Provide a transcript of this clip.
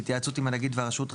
בהתייעצות עם הנגיד והרשות,